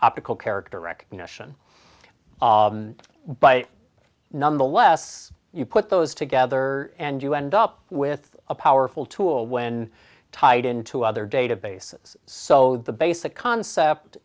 optical character recognition but nonetheless you put those together and you end up with a powerful tool when tied in to other data bases so the basic concept